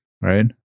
right